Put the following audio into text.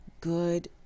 Good